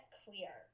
clear